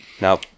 Now